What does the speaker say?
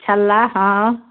छल्ला हँ